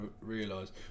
realise